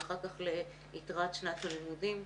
ואחר כך ליתרת שנת הלימודים,